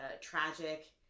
tragic